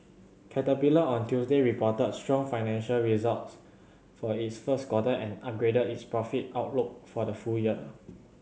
Caterpillar on Tuesday reported strong financial results for its first quarter and upgraded its profit outlook for the full year